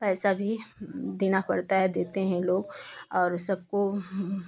पैसा भी देना पड़ता है देते हैं लोग और सबको